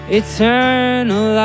eternal